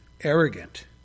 arrogant